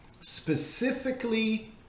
specifically